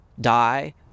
die